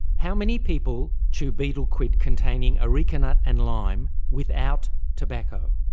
how many people chew betel quid containing areca nut and lime without tobacco?